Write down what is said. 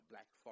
Black